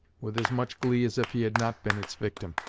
with as much glee as if he had not been its victim.